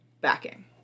backing